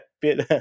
bit